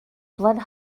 blood